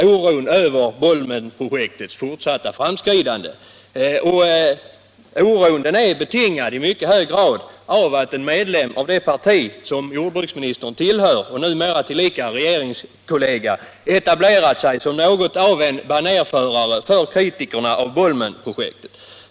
Oron över Bolmenprojektets fortsatta framåtskridande kan ha sin förklaring i att en medlem av det parti som jordbruksministern tillhör — och numera tillika regeringskollega — etablerat sig som något av en banérförare för kritikerna av Bolmenprojektet.